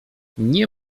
nie